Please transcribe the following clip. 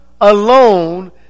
alone